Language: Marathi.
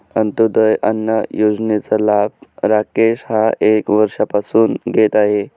अंत्योदय अन्न योजनेचा लाभ राकेश हा एक वर्षापासून घेत आहे